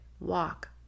walk